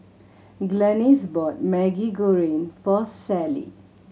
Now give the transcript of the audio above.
Glennis brought Maggi Goreng for Sallie